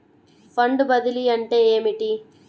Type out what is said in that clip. Fund బదిలీ అంటే ఏమిటి?